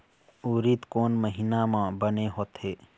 उरीद कोन महीना म बने होथे?